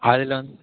அதில் வந்து